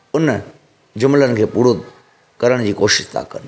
उन जुमिलनि खे पूरो करण जी कोशिशि था कनि